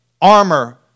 armor